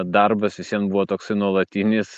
darbas visiem toksai nuolatinis